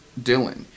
Dylan